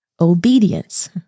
obedience